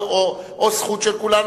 או זכות של כולנו?